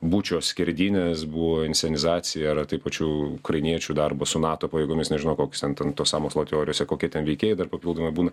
būčio skerdynės buvo inscenizacija ar a tai pačių ukrainiečių darbas su nato pajėgomis nežinau koks ten tos sąmokslo teorijose kokie ten veikėjai dar papildomai būna